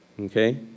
Okay